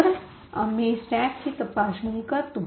तर आम्ही स्टॅकची तपासणी करतो